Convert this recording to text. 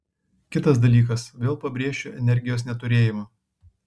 kitas dalykas vėl pabrėšiu energijos neturėjimą